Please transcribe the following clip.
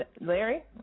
Larry